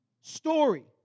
story